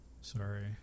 Sorry